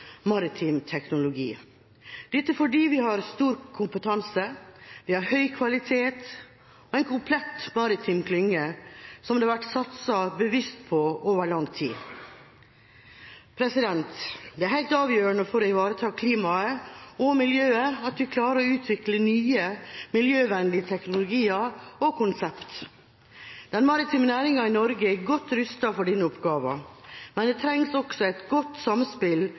maritim teknologi, dette fordi vi har stor kompetanse, høy kvalitet og en komplett maritim klynge som det har vært satset bevisst på over lang tid. Det er helt avgjørende for å ivareta klimaet og miljøet at vi klarer å utvikle nye miljøvennlige teknologier og konsepter. Den maritime næringen i Norge er godt rustet for denne oppgaven, men det trengs også et godt samspill